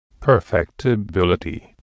perfectibility